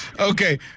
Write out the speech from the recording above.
Okay